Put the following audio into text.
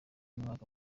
umwaka